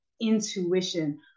intuition